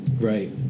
Right